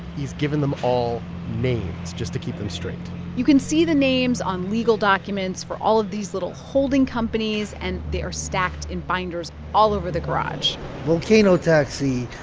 he's given them all names just to keep them straight you can see the names on legal documents for all of these little holding companies. and they are stacked in binders all over the garage volcano taxi.